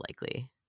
likely